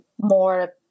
more